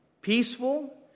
peaceful